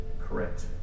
Correct